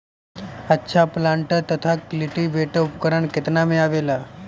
अच्छा प्लांटर तथा क्लटीवेटर उपकरण केतना में आवेला?